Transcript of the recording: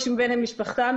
או מישהו מבן משפחתן,